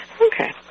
Okay